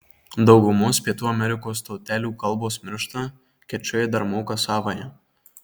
daugumos pietų amerikos tautelių kalbos miršta kečujai dar moka savąją